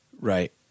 right